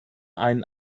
einen